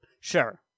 Sure